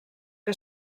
que